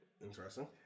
Interesting